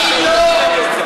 אני לא,